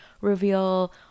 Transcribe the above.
reveal